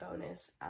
bonus